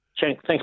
Thanks